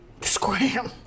Scram